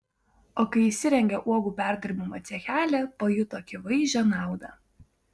o kai įsirengė uogų perdirbimo cechelį pajuto akivaizdžią naudą